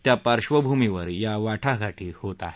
त्या पार्श्वभूमीवर या वाटाघाटी होत आहेत